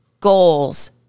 goals